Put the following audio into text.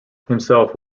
himself